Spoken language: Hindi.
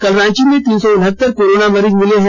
कल रांची में तीन सौ उनहत्तर कोरोना मरीज मिले हैं